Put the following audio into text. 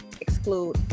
exclude